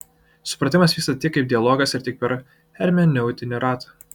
supratimas vyksta tik kaip dialogas ir tik per hermeneutinį ratą